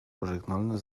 pożegnalne